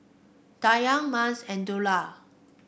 Dayang Mas and Dollah